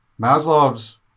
Maslow's